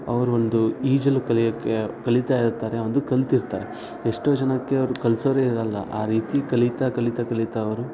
ಅವ್ರು ಒಂದು ಈಜಲು ಕಲಿಯೋಕ್ಕೆ ಕಲಿತಾ ಇರ್ತಾರೆ ಒಂದು ಕಲಿತಿರ್ತಾರೆ ಎಷ್ಟೋ ಜನಕ್ಕೆ ಅವರು ಕಲಿಸೋರೆ ಇರೋಲ್ಲ ಆ ರೀತಿ ಕಲಿತಾ ಕಲಿತಾ ಕಲಿತ ಅವರು